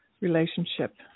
relationship